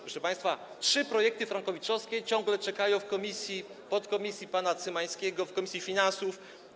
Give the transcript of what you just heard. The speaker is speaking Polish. Proszę państwa, trzy projekty frankowiczowskie ciągle czekają w podkomisji pana Cymańskiego, w komisji finansów.